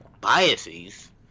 biases